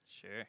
Sure